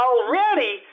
Already